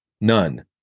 None